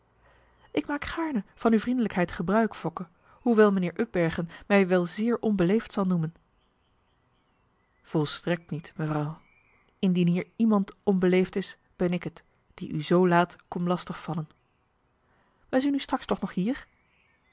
ik maak gaarne van uw vriendelijkheid gebruik fokke hoewel mijnheer upbergen mij wel zeer onbeleefd zal noemen volstrekt niet mevrouw indien hier iemand onbeleefd is ben ik het die u zoo laat kom lastig vallen wij zien u straks toch nog hier